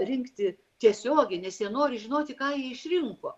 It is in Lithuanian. rinkti tiesiogiai nes jie nori žinoti ką jie išrinko